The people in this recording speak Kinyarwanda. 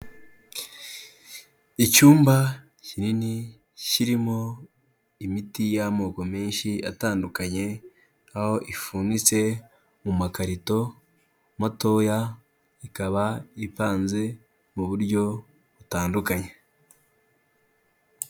Icyumba kinini kirimo imiti y'amoko menshi atandukanye, aho ipfunitse mu makarito matoya, ikaba ipanze mu buryo butandukanye.